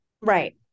Right